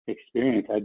experience